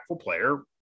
player